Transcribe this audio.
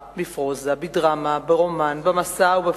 בפרוזה, בדרמה, ברומן, במסה ובפיליטון.